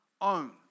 own